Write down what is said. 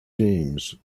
games